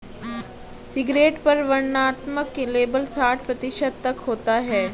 cigarette पर वर्णनात्मक label साठ प्रतिशत तक होता है